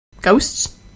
Ghosts